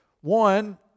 one